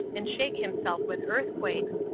and shake himself with earthquakes,